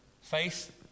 faith